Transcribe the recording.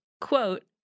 quote